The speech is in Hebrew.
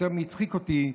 יותר מהצחיק אותי,